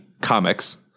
Comics